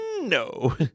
No